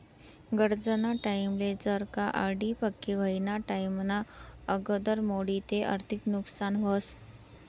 गरजना टाईमले जर का आर.डी पक्की व्हवाना टाईमना आगदर मोडी ते आर्थिक नुकसान व्हस